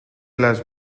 las